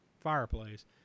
fireplace